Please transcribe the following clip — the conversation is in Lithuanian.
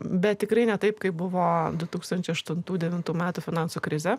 bet tikrai ne taip kaip buvo du tukstančiai aštuntų devintų metų finansų krizė